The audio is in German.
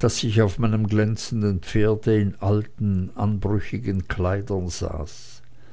daß ich auf meinem glänzenden pferde in alten anbrüchigen kleidern saß